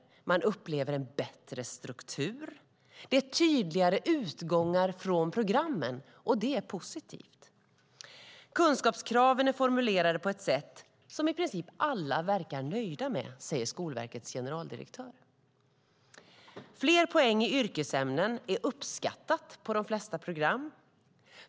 Man upplever en bättre struktur. Det är tydligare utgångar från programmen, och det är positivt. Kunskapskraven är formulerade på ett sätt som i princip alla verkar nöjda med, säger Skolverkets generaldirektör. Fler poäng i yrkesämnen är uppskattat på de flesta program.